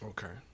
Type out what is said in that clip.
Okay